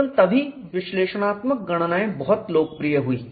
केवल तभी विश्लेषणात्मक गणनाएँ बहुत लोकप्रिय हुई